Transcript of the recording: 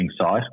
site